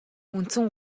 үндсэн